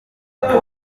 uhabwe